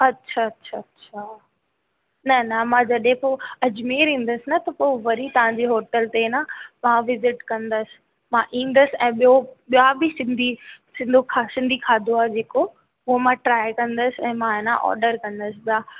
अच्छा अच्छा अच्छा न न मां जॾहिं पोइ अजमेर ईंदसि न त पोइ वरी तव्हांजी होटल ते न मां विज़िट कंदसि मां ईंदसि ऐं ॿियो ॿिया बि सिंधी सिंधो खा सिंधी खाधो आ जेको उहो मां ट्राय कंदसि ऐं मां आहे न ऑडर कंदसि ॿिया